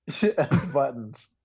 Buttons